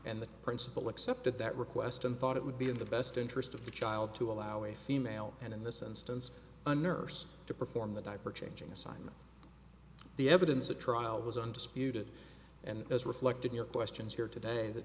and the principal accepted that request and thought it would be in the best interest of the child to allow a female and in this instance a nurse to perform the diaper changing assignment the evidence at trial was undisputed and as reflected your questions here today th